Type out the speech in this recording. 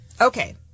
Okay